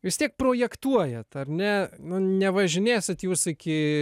vis tiek projektuojat ar ne nu nevažinėsit jūs iki